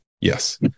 Yes